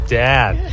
dad